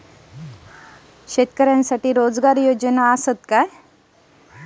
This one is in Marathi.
शेतकऱ्यांसाठी रोजगार योजना आहेत का?